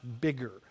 bigger